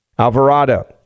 Alvarado